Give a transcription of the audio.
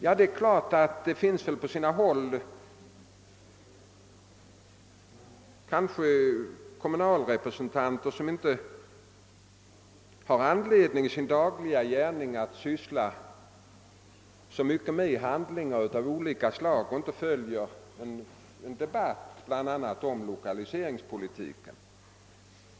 Visst kan det på sina håll finnas kommunrepresentanter som inte har anledning att i sin dagliga gärning syssla så mycket med handlingar av detta slag och som inte följer med i debatten om t.ex. lokaliseringspolitiken.